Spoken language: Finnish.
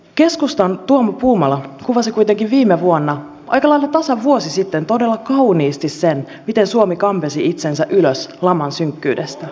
keskustan tuomo puumala kuvasi kuitenkin viime vuonna aika lailla tasan vuosi sitten todella kauniisti sen miten suomi kampesi itsensä ylös laman synkkyydestä